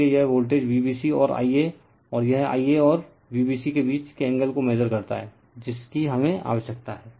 इसलिए यह voltage Vbc और Ia और यह Ia और Vbc के बीच के एंगल को मेजर करता है जिसकी हमें आवश्यकता है